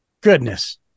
goodness